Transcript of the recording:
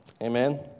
Amen